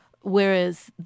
whereas